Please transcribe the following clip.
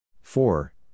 four